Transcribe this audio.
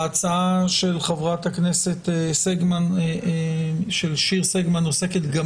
ההצעה של חברת הכנסת שיר סגמן עוסקת גם